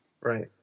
Right